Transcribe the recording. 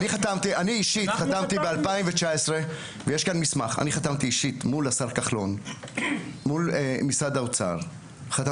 אני אישית חתמתי ב-2019 מול השר כחלון ומשרד האוצר על